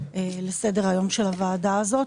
לסדר היום של הוועדה הזו,